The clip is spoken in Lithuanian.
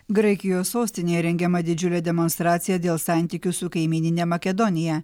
graikijos sostinėj rengiama didžiulė demonstracija dėl santykių su kaimynine makedonija